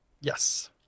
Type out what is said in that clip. yes